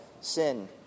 sin